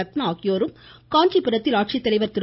ரத்னா ஆகியோரும் காஞ்சிபுரத்தில் ஆட்சித்தலைவர் திரு